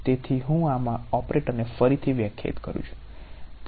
તેથી હું આમાં ઓપરેટરને ફરીથી વ્યાખ્યાયિત કરું છું